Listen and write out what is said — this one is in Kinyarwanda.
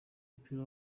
w’umupira